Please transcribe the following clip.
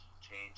change